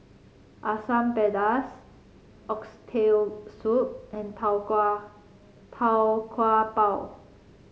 Asam Pedas Oxtail Soup and tau kwa Tau Kwa Pau